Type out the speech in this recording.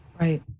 Right